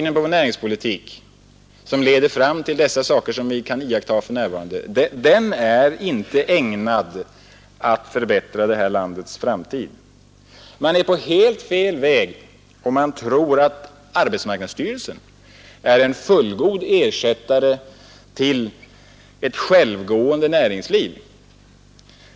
En näringspolitik som leder fram till sådana saker som vi kan iaktta för närvarande är inte ägnad att förbättra det här landets framtid. Man är på helt fel väg, om man tror att arbetsmarknadsstyrelsen är en fullgod ersättare för ett självgående näringsliv.